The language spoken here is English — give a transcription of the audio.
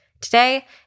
Today